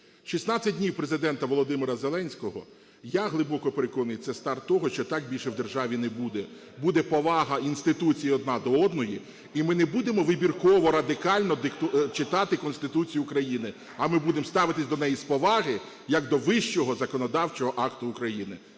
16 днів Президента ВолодимираЗеленського, я глибоко переконаний, це старт того, що так більше в державі не буде. Буде повага інституцій одна до одної, і ми не будемо вибірково радикально читати Конституцію України, а ми будемо ставитися до неї з повагою як до вищого законодавчого акта України.